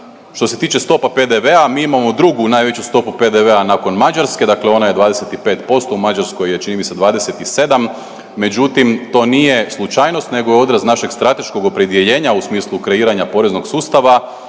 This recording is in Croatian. Što se tiče stopa PDV-a mi imamo drugu najveću stopu PDV-a nakon Mađarske. Dakle, ona je 25% u Mađarskoj je čini mi se 27, međutim to nije slučajnost nego je odraz našeg strateškog opredjeljenja u smislu kreiranja poreznog sustava